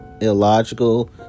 illogical